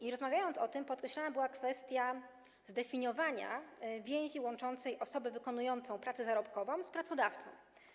Gdy rozmawialiśmy o tym, podkreślana była kwestia zdefiniowania więzi łączącej osobę wykonującą pracę zarobkową z pracodawcą.